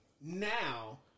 Now